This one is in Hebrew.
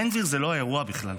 בן גביר הוא לא האירוע בכלל,